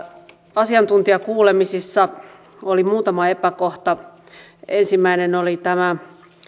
asiantuntijakuulemisissa oli muutama epäkohta ensimmäinen oli tämä